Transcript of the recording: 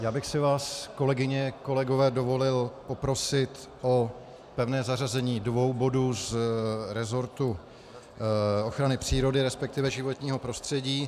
Já bych si vás, kolegyně, kolegové, dovolil poprosit o pevné zařazení dvou bodů z rezortu ochrany přírody, resp. životního prostředí.